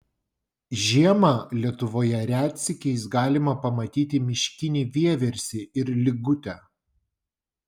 žiemą lietuvoje retsykiais galima pamatyti miškinį vieversį ir ligutę